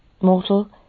Mortal